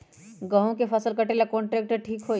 गेहूं के फसल कटेला कौन ट्रैक्टर ठीक होई?